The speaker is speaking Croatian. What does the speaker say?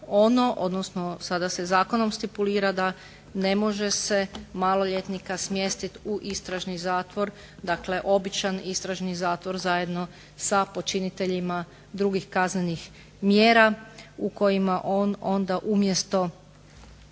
odnosno sada se zakonom stipulira da ne može se maloljetnika smjestiti u istražni zatvor. Dakle, običan istražni zatvor zajedno sa počiniteljima drugih kaznenih mjera u kojima on onda umjesto